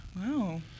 Wow